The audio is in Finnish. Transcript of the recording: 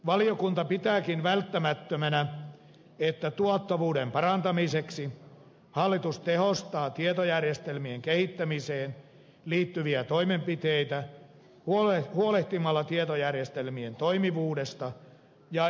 valiokunta pitääkin välttämättömänä että tuottavuuden parantamiseksi hallitus tehostaa tietojärjestelmien kehittämiseen liittyviä toimenpiteitä huolehtimalla tietojärjestelmien toimivuudesta ja yhteensopivuudesta kunnissa